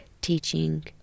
teaching